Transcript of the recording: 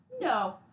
no